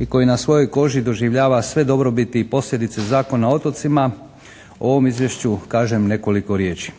i koji na svojoj koži doživljava sve dobrobiti i posljedice Zakona o otocima o ovom izvješću kažem nekoliko riječi.